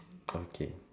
okay